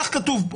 כך כתוב פה.